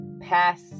pass